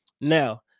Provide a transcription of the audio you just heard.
Now